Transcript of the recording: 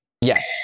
Yes